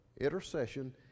intercession